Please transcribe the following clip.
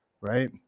right